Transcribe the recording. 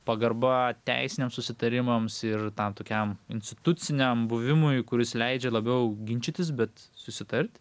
pagarba teisiniam susitarimams ir tam tokiam instituciniam buvimui kuris leidžia labiau ginčytis bet susitart